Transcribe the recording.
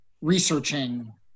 researching